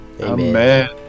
amen